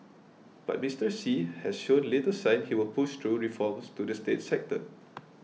but Mister Xi has shown little sign he will push through reforms to the state sector